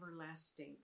everlasting